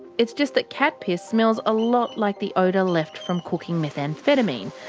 it's just that cat piss smells a lot like the odour left from cooking methamphetamine,